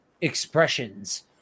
expressions